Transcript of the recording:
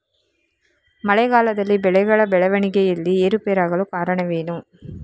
ಮಳೆಗಾಲದಲ್ಲಿ ಬೆಳೆಗಳ ಬೆಳವಣಿಗೆಯಲ್ಲಿ ಏರುಪೇರಾಗಲು ಕಾರಣವೇನು?